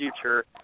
future